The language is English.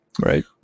Right